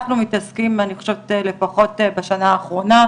אנחנו מתעסקים, אני חושבת שלפחות בשנה האחרונה,